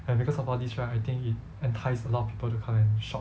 and because of all this right I think it entice a lot of people to come and shop